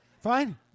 fine